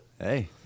Hey